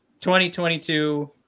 2022